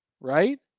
right